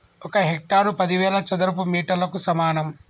ఒక హెక్టారు పదివేల చదరపు మీటర్లకు సమానం